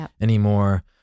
anymore